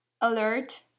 alert